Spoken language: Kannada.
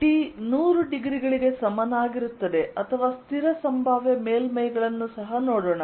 T 100 ಡಿಗ್ರಿ ಗಳಿಗೆ ಸಮನಾಗಿರುತ್ತದೆ ಅಥವಾ ಸ್ಥಿರ ಸಂಭಾವ್ಯ ಮೇಲ್ಮೈಗಳನ್ನು ಸಹ ನೋಡೋಣ